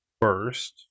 first